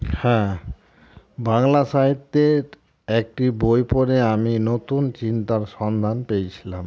হ্যাঁ বাংলা সাহিত্যের একটি বই পড়ে আমি নতুন চিন্তার সন্ধান পেয়েছিলাম